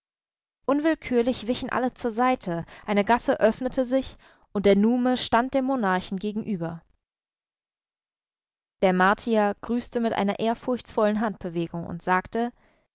unwillkürlich wichen alle zur seite eine gasse öffnete sich und der nume stand dem monarchen gegenüber der martier grüßte mit einer ehrfurchtsvollen handbewegung und sagte